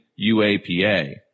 UAPA